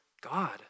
God